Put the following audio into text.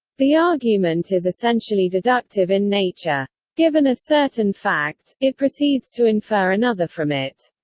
the argument is essentially deductive in nature. given a certain fact, it proceeds to infer another from it.